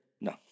No